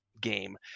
game